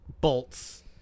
bolts